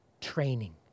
training